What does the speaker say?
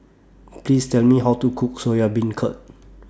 Please Tell Me How to Cook Soya Beancurd